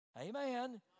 Amen